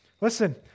listen